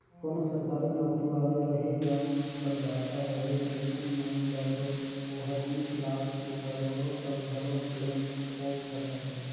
कोनो सरकारी नौकरी वाले रही या करदाता रही अइसन मन ल तो ओहर बीस लाख से करोड़ो तक घलो क्लेम ठोक सकत हे